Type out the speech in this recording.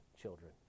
children